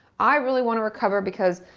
i really want to recover because.